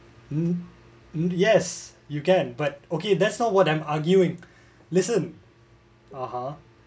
mm and yes you can but okay that's not what I'm arguing listen (uh huh)